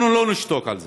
אנחנו לא נשתוק על זה.